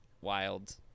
wild